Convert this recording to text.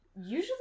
Usually